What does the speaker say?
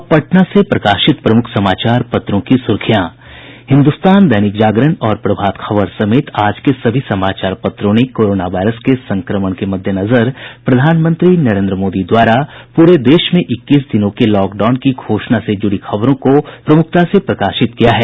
अब पटना से प्रकाशित प्रमुख समाचार पत्रों की सुर्खियां हिन्दुस्तान दैनिक जागरण और प्रभात खबर समेत आज के सभी समाचारों ने कोरोना वायरस के संक्रमण के मद्देनजर प्रधानमंत्री नरेन्द्र मोदी द्वारा पूरे देश में इक्कीस दिनों के लॉकडाउन की घोषणा से जुड़ी खबरों को प्रमुखता से प्रकाशित किया है